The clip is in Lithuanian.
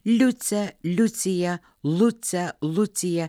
liucę liuciją lucę luciją